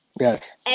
Yes